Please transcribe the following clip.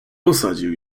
posadził